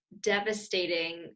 devastating